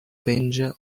penja